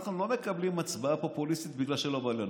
אנחנו לא מקבלים הצבעה פופוליסטית בגלל שלא בא לנו.